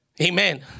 Amen